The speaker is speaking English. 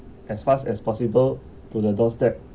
as fast as possible to the doorstep